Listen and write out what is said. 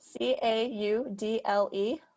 C-A-U-D-L-E